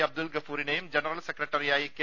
അബ്ദുൽഗഫൂറിനേയും general സെക്രട്ടറിയായി K